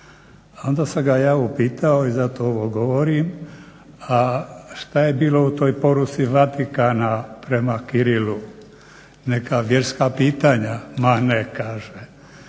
onda sam ga ja upitao, i zato ovo govorim, a što je bilo u toj poruci Vatikana prema Kirilu? Neka vjerska pitanja? Ma ne kaže,